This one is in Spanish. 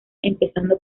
empezando